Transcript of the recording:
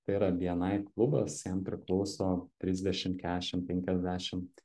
tai yra bni klubas jam priklauso trisdešim kešim penkiasdešim